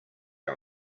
our